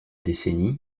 décennies